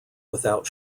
without